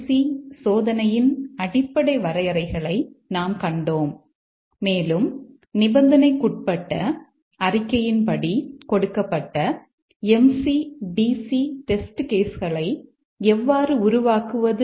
C சோதனையின் அடிப்படை வரையறைகளை நாம் கண்டோம் மேலும் நிபந்தனைக்குட்பட்ட அறிக்கையின்படி கொடுக்கப்பட்ட எம்